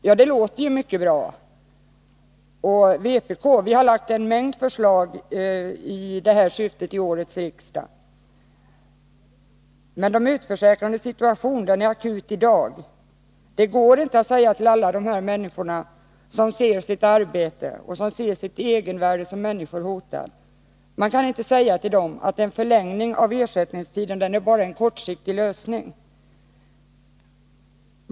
Ja, detta låter mycket bra, och vpk har också till årets riksmöte framlagt en mängd förslag med det syftet. Men de utförsäkrades situation är akut. Det går inte att säga till alla de människor som ser sitt arbete och sitt egenvärde hotat, att en förlängning av ersättningstiden bara innebär en kortsiktig lösning.